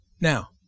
Now